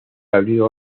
abrió